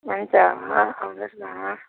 हुन्छ आउनुहोस् न